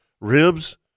Ribs